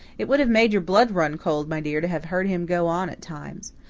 it would have made your blood run cold, my dear, to have heard him go on at times.